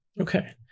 Okay